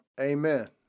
Amen